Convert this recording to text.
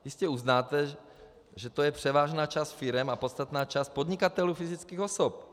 Jistě uznáte, že to je převážná část firem a podstatná část podnikatelů fyzických osob.